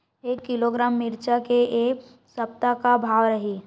एक किलोग्राम मिरचा के ए सप्ता का भाव रहि?